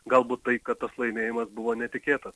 galbūt tai kad tas laimėjimas buvo netikėtas